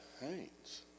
Haynes